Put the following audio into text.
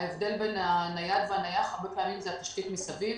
ההבדל בין הנייד והנייח הוא התשתית מסביב,